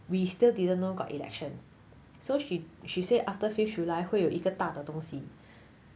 we still didn't know got election so she she said after fifth july 会有一个大的东西